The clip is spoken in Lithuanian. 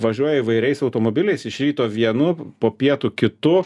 važiuoja įvairiais automobiliais iš ryto vienu po pietų kitu